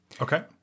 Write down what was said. Okay